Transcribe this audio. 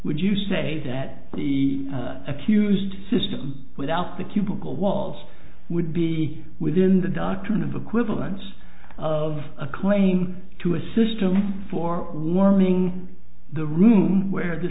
would you say that the accused system without the cubicle walls would be within the doctrine of equivalence of a claim to a system for warming the room where the